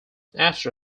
after